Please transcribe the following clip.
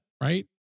Right